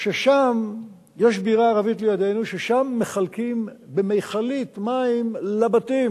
יש בירה ערבית לידנו ששם מחלקים במכלית מים לבתים